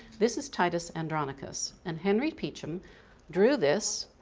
this is titus andronicus and henry peacham drew this.